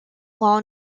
law